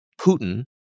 Putin